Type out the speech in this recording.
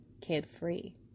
kid-free